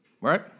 right